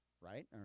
right